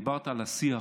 דיברת על השיח